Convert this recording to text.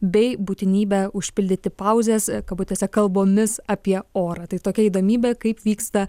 bei būtinybę užpildyti pauzes kabutėse kalbomis apie orą tai tokia įdomybė kaip vyksta